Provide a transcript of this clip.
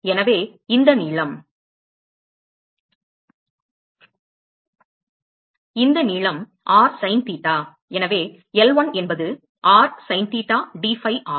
எனவே இந்த நீளம் இந்த நீளம் r sin theta எனவே L1 என்பது r sin theta d phi ஆகும்